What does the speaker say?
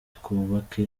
twubake